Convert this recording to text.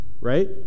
Right